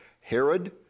Herod